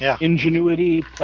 ingenuity